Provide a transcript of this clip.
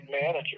manager